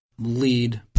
lead